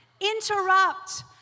Interrupt